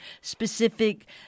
specific